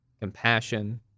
compassion